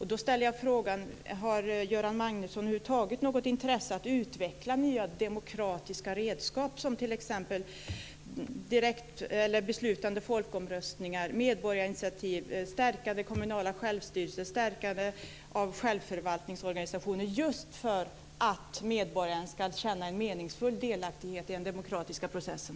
Har Göran Magnusson över huvud taget något intresse av att utveckla nya demokratiska redskap, t.ex. beslutande folkomröstningar, medborgarinitiativ, stärkande av den kommunala självstyrelsen och stärkande av självförvaltningsorganisationen just för att medborgarna ska känna en meningsfull delaktighet i den demokratiska processen?